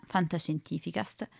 Fantascientificast